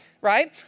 right